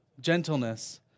gentleness